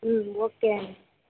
okay అండీ